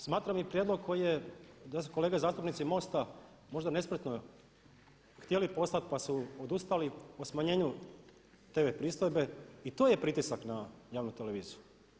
Smatram i prijedlog koji je, da su kolege zastupnici MOSTA-a možda nespretno htjeli poslati pa su odustali, o smanjenju tv pristojbe i to je pritisak na javnu televiziju.